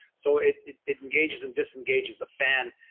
so it it engages and disengages the fan